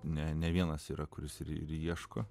ne ne vienas yra kuris ir ieško